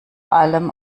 allem